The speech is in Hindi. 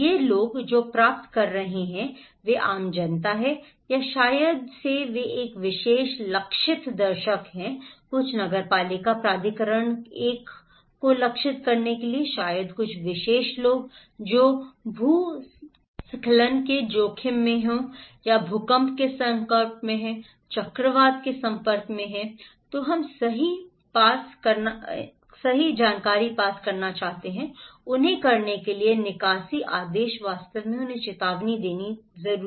ये लोग जो प्राप्त कर रहे हैं वे आम जनता हैं या शायद वे एक विशेष लक्षित दर्शक हैं कुछ नगरपालिका प्राधिकरण एक को लक्षित करने के लिए शायद कुछ विशेष लोग जो भूस्खलन के जोखिम में हैं भूकंप के संपर्क में हैं चक्रवात के संपर्क में हैं तो हम सही पास करना चाहते हैं उन्हें करने के लिए निकासी आदेश वास्तव में उन्हें चेतावनी चेतावनी खाली